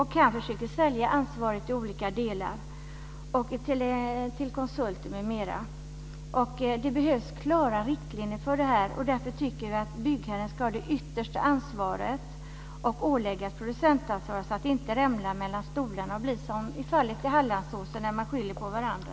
Han försöker sälja ansvaret i olika delar till konsulter m.m. Det behövs klara riktlinjer för detta. Därför tycker vi att byggherren ska ha det yttersta ansvaret och åläggas producentansvar, så att det inte ramlar mellan stolarna och blir som i fallet med Hallandsåsen, där man skyller på varandra.